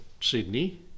Sydney